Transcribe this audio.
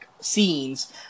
scenes